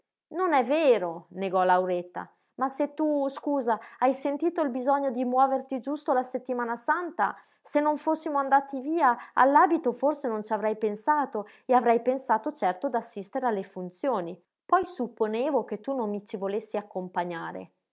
non è vero negò lauretta ma se tu scusa hai sentito il bisogno di muoverti giusto la settimana santa se non fossimo andati via all'abito forse non ci avrei pensato e avrei pensato certo d'assistere alle funzioni poi supponevo che tu non mi ci volessi accompagnare